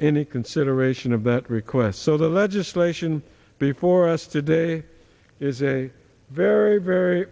any consideration of that request so the legislation before us today is a very very